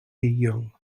young